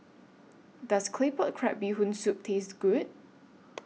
Does Claypot Crab Bee Hoon Soup Taste Good